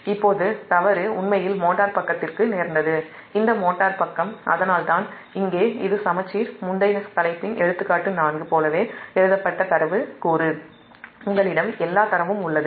இப்போது தவறு உண்மையில் மோட்டார் பக்கத்திற்கு நேர்ந்தது அதனால்தான் இங்கே'எடுத்துக்காட்டு 4' இது முந்தைய சமச்சீர் தலைப்பின் போலவே எழுதப்பட்ட டேட்டாகூறு உங்களிடம் எல்லா டேட்டாவும் உள்ளது